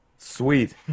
Sweet